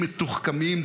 מתוחכמים,